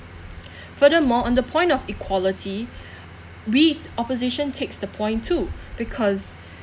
furthermore on the point of equality we opposition takes the point too because